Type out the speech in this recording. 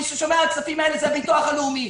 מי ששומר על הכספים האלה זה הביטוח הלאומי.